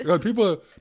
People